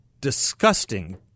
disgusting